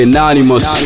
Anonymous